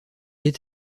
est